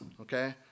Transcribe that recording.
okay